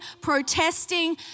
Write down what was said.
protesting